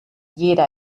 jeder